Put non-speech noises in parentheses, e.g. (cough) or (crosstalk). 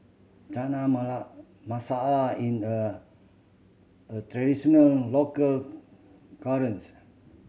Chana (unintelligible) Masala in a a traditional local (unintelligible)